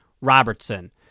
Robertson